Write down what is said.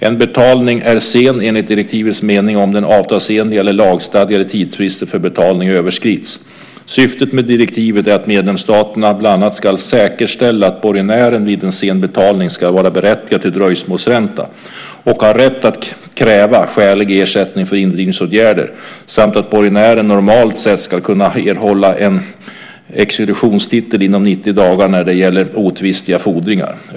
En betalning är sen enligt direktivets mening om den avtalsenliga eller lagstadgade tidsfristen för betalning överskrids. Syftet med direktivet är att medlemsstaterna bland annat ska säkerställa att borgenären vid sen betalning ska vara berättigad till dröjsmålsränta och ha rätt att kräva skälig ersättning för indrivningsåtgärder samt att borgenären normalt sett ska kunna erhålla en exekutionstitel inom 90 dagar när det gäller otvistiga fordringar.